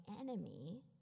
enemy